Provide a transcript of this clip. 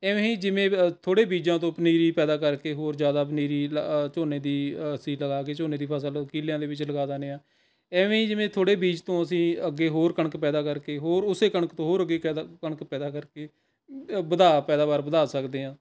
ਐਵੇਂ ਹੀ ਜਿਵੇਂ ਥੋੜ੍ਹੇ ਬੀਜਾਂ ਤੋਂ ਪਨੀਰੀ ਪੈਦਾ ਕਰਕੇ ਹੋਰ ਜ਼ਿਆਦਾ ਪਨੀਰੀ ਲ ਝੋਨੇ ਦੀ ਅਸੀਂ ਲਗਾ ਕੇ ਝੋਨੇ ਦੀ ਫਸਲ ਕੀਲਿਆਂ ਦੇ ਵਿੱਚ ਲਗਾ ਦਿੰਦੇ ਹਾਂ ਇਵੇਂ ਹੀ ਜਿਵੇਂ ਥੋੜ੍ਹੇ ਬੀਜ ਤੋਂ ਅਸੀਂ ਅੱਗੇ ਹੋਰ ਕਣਕ ਪੈਦਾ ਕਰਕੇ ਹੋਰ ਉਸੇ ਕਣਕ ਤੋਂ ਹੋਰ ਅੱਗੇ ਕੇਦਾ ਕਣਕ ਪੈਦਾ ਕਰਕੇ ਵਧਾ ਪੈਦਾਵਾਰ ਵਧਾ ਸਕਦੇ ਹਾਂ